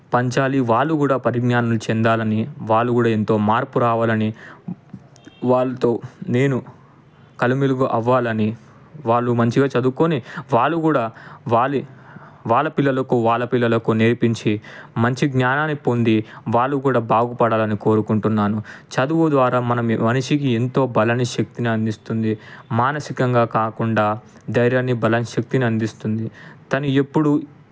పంచాలి వాళ్ళు కూడా పరిజ్ఞానం చెందాలి అని వాళ్ళు కూడా ఎంతో మార్పు రావాలని వాళ్ళతో నేను కలుగుమెలుగు అవ్వాలని వాళ్ళు మంచిగా చదువుకొని వాళ్ళు కూడా వాళ్ళి వాళ్ళ పిల్లలకు వాళ్ళ పిల్లలకు నేర్పించి మంచి జ్ఞానాన్ని పొంది వాళ్ళు కూడా బాగుపడాలని కోరుకుంటున్నాను చదువు ద్వారా మనము మనిషికి ఎంతో బలాన్ని శక్తిని అందిస్తుంది మానసికంగా కాకుండా ధైర్యాన్ని బలాన్ని శక్తిని అందిస్తుంది తను ఎప్పుడు